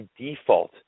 default